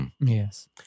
Yes